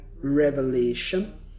revelation